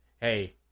hey